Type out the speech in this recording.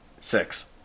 Six